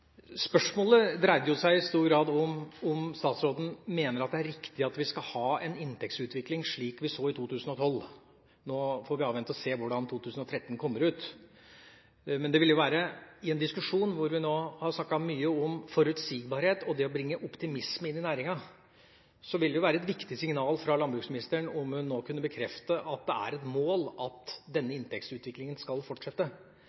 Spørsmålet dreide seg i stor grad om hvorvidt statsråden mener det er riktig at vi skal ha en inntektsutvikling slik vi så i 2012. Nå får vi avvente og se hvordan 2013 kommer ut. Men i en diskusjon hvor vi snakker mye om forutsigbarhet og det å bringe optimisme inn i næringa, vil det være et viktig signal fra landbruksministeren om hun nå vil bekrefte at det er et mål at denne inntektsutviklinga skal fortsette,